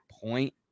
point